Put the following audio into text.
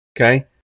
Okay